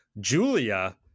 Julia